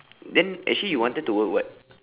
then actually you wanted to work what